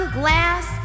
glass